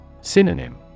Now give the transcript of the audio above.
Synonym